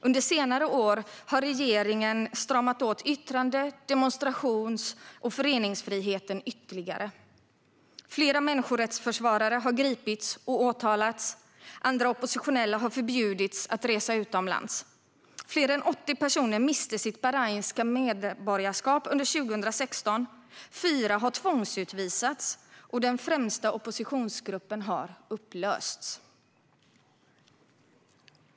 Under senare år har regeringen stramat åt yttrande, demonstrations och föreningsfriheten ytterligare. Flera människorättsförsvarare har gripits och åtalats. Andra oppositionella har förbjudits att resa utomlands. Fler än 80 personer miste sitt bahrainska medborgarskap under 2016, fyra har tvångsutvisats och den främsta oppositionsgruppen har upplösts.